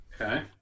Okay